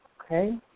Okay